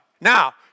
Now